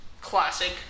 Classic